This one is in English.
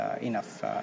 enough